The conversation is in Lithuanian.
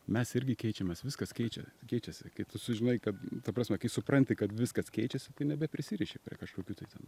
mes irgi keičiamės viskas keičia keičiasi kai tu sužinai kad ta prasme kai supranti kad viskas keičiasi nebeprisiriši prie kažkokių ten